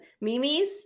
Mimis